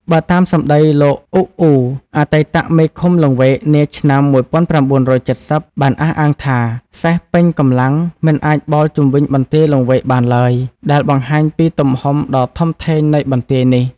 បើតាមសំដី លោក អ៊ុក អ៊ូ អតីតមេឃុំលង្វែកនាឆ្នាំ ១៩៧០ បានអះអាងថា សេះពេញកម្លាំងមិនអាចបោលជុំវិញបន្ទាយលង្វែកបានឡើយ ដែលបង្ហាញពីទំហំដ៏ធំធេងនៃបន្ទាយនេះ។